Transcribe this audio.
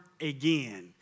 again